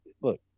look